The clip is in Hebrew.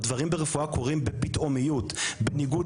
הדברים ברפואה קורים בפתאומיות בניגוד